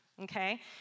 okay